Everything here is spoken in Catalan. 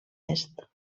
est